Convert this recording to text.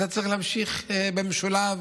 אתה צריך להמשיך במשולב